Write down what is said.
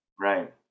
Right